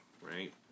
right